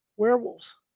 Werewolves